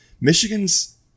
michigan's